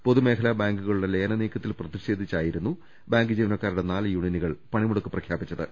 പൊതുമേഖലാ ബാങ്കുകളുടെ ലയന നീക്കത്തിൽ പ്രതിഷേധിച്ചാണ് ബാങ്ക് ജീവനക്കാരുടെ നാല് യൂണിയനുകൾ പണിമുടക്ക് പ്രഖ്യാപിച്ചത്